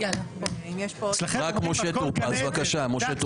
פז, בבקשה.